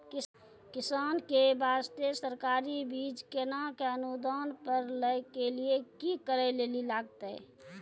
किसान के बास्ते सरकारी बीज केना कऽ अनुदान पर लै के लिए की करै लेली लागतै?